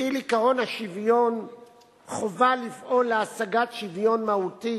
מטיל עקרון השוויון חובה לפעול להשגת שוויון מהותי,